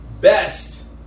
best